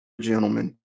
gentlemen